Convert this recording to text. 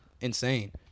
Insane